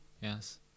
Yes